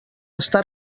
està